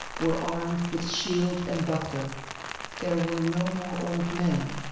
were armed with shield and buckler there were no more old men,